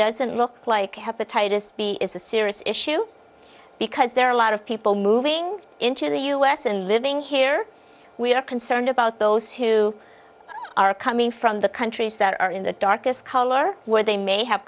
doesn't look like hepatitis b is a serious issue because there are a lot of people moving into the u s and living here we are concerned about those who are coming from the countries that are in the darkest color where they may have